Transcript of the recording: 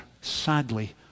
sadly